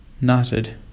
knotted